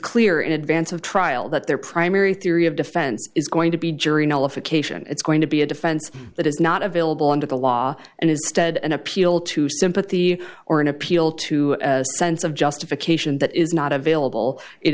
clear in advance of trial that their primary theory of defense is going to be jury nullification it's going to be a defense that is not available under the law and instead an appeal to sympathy or an appeal to a sense of justification that is not available it